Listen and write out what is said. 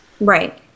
Right